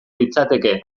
litzateke